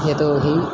यतो हि